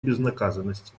безнаказанности